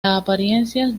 apariencias